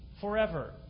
forever